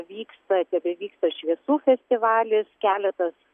vyksta tebe vyksta šviesų festivalis keletas